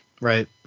Right